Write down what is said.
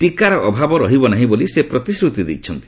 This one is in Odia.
ଟିକାର ଅଭାବ ରହିବ ନାହିଁ ବୋଲି ସେ ପ୍ରତିଶ୍ରତି ଦେଇଛନ୍ତି